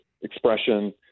expression